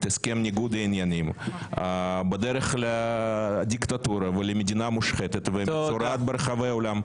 הסכם ניגוד העניינים בדרך לדיקטטורה ולמדינה מושחתת ומצורעת ברחבי העולם.